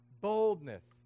boldness